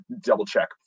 double-check